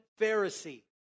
Pharisee